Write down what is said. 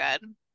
good